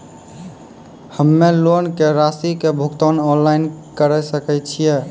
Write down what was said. हम्मे लोन के रासि के भुगतान ऑनलाइन करे सकय छियै?